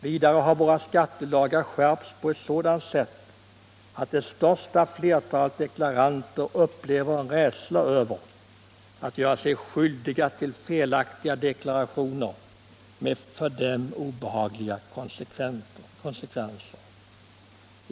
Vidare har våra skattelagar skärpts på ett sådant sätt att det största flertalet deklaranter upplever en rädsla över att göra sig skyldiga till felaktiga deklarationer med för dem obehagliga konsekvenser.